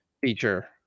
feature